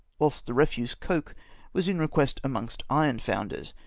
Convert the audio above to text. whilst the refuse coke was in re quest amongst ironfomiders,